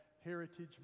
heritage